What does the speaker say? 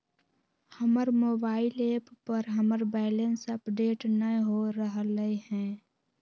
हमर mobile app पर हमर बैलेंस अपडेट नय हो रहलय हें